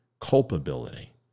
culpability